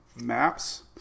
maps